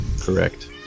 Correct